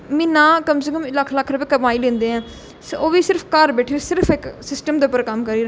म्हीना कम से कम लक्ख लक्ख रपेआ कमाई लैंदे ऐ ओह् बी सिर्फ घर बैठियै सिर्फ इक सिस्टम दे उप्पर कम्म करी